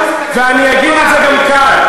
יש יותר איש שלום ממנו?